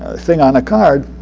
ah thing on a card,